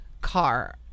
car